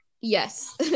Yes